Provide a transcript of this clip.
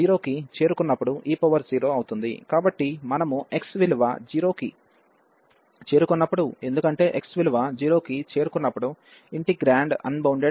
కాబట్టి మనము x విలువ 0 కి చేరుకున్నప్పుడు ఎందుకంటే x విలువ 0 కి చేరుకున్నప్పుడు ఇంటిగ్రేండ్ అన్బౌండెడ్ అవుతోంది